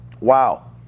Wow